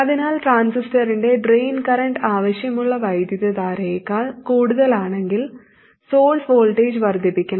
അതിനാൽ ട്രാൻസിസ്റ്ററിന്റെ drain current ആവശ്യമുള്ള വൈദ്യുതധാരയേക്കാൾ കൂടുതലാണെങ്കിൽ സോഴ്സ് വോൾട്ടേജ് വർദ്ധിപ്പിക്കണം